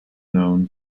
known